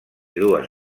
dues